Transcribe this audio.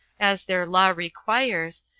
as their law requires,